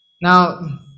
Now